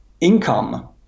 income